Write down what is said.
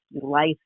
life